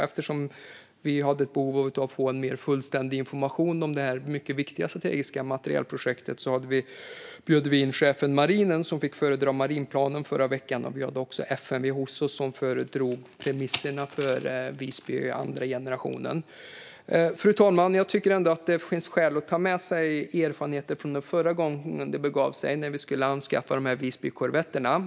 Eftersom vi hade ett behov av att få en mer fullständig information om det här mycket viktiga strategiska materielprojektet bjöd vi i förra veckan in chefen för marinen, som fick föredra marinplanen. Vi hade också FMV hos oss, som föredrog premisserna för andra generationens Visby. Fru talman! Jag tycker ändå att det finns skäl att ta med sig erfarenheter från när det begav sig förra gången vi skulle anskaffa Visbykorvetterna.